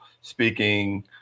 speaking